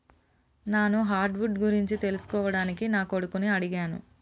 నాను hardwood గురించి తెలుసుకోవడానికి నా కొడుకుని అడిగాను